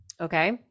Okay